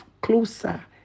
closer